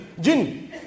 Jinn